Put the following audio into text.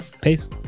Peace